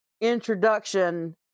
introduction